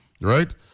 right